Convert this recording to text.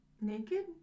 Naked